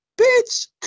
Bitch